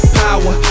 power